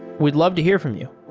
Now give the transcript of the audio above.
we'd love to hear from you